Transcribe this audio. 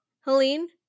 Helene